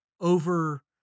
over